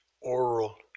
oral